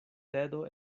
tedo